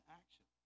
action